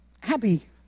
happy